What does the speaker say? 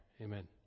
Amen